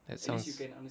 that sounds